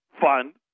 Fund